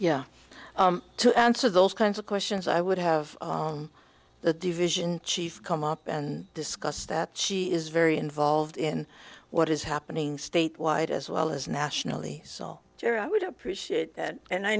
yeah to answer those kinds of questions i would have the division chief come up and discuss that she is very involved in what is happening statewide as well as nationally sure i would appreciate that and i